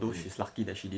hmm